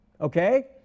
okay